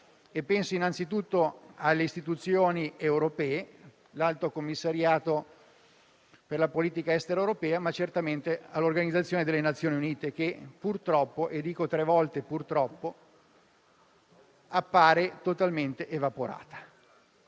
Penso innanzitutto alle istituzioni europee, all'Alto commissariato per la politica estera europea, ma certamente anche all'Organizzazione delle Nazioni Unite, che purtroppo - e dico tre volte purtroppo - appare totalmente evaporata.